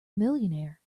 millionaire